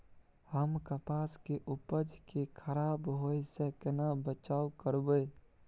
हम कपास के उपज के खराब होय से केना बचाव करबै?